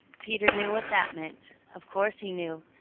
peter knew what that meant. of course he knew.